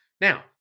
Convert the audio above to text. Now